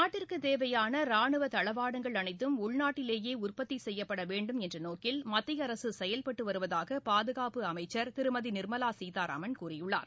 நாட்டிற்கு தேவையான ரானுவ தளவாடங்கள் அனைத்தும் உள்நாட்டிலேயே உற்பத்தி செய்யப்பட வேண்டும் என்ற நோக்கில் மத்திய அரசு செயல்பட்டு வருவதாக பாதுகாப்பு அமைச்சர் திருமதி நிர்மலா சீதாராமன் கூறியுள்ளார்